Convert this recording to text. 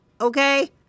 Okay